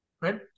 right